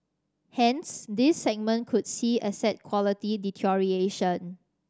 hence this segment could see asset quality deterioration